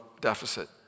deficit